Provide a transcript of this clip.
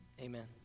amen